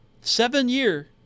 Seven-year